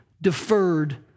deferred